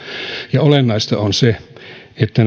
ja olennaista on se että